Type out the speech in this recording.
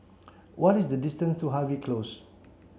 what is the distance to Harvey Close